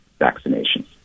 vaccinations